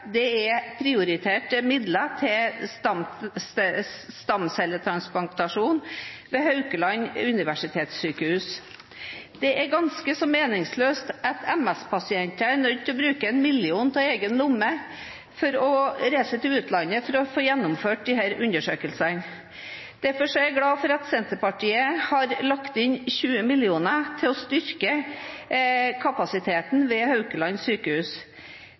er prioriterte midler til stamcelletransplantasjon ved Haukeland universitetssykehus. Det er ganske så meningsløst at MS-pasienter er nødt til å bruke 1 mill. kr av egen lomme for å reise til utlandet for å få gjennomført slike undersøkelser. Derfor er jeg glad for at Senterpartiet har lagt inn 20 mill. kr for å styrke kapasiteten ved Haukeland